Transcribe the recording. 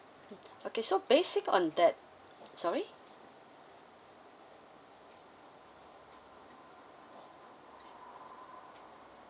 okay so basic on that sorry